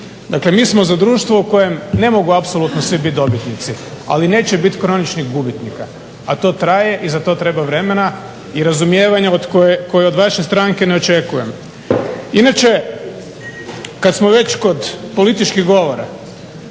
Dakle, mi smo za društvo u kojem ne mogu biti apsolutno svi biti dobitnici ali neće biti kroničnih gubitnika, a to traje i za to treba vremena i razumijevanja koja od vaše stranke ne očekujem. Inače, kada smo već kod političkih govora,